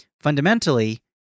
Fundamentally